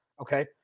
okay